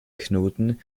knoten